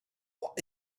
what